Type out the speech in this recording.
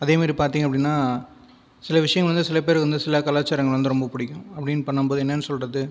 அதே மாதிரி பார்த்தீங்க அப்படின்னால் சில விஷயங்கள் வந்து சில பேருக்கு வந்து சில கலாச்சாரங்கள் வந்து ரொம்ப பிடிக்கும் அப்படின்னு பண்ணும்போது என்னென்னு சொல்கிறது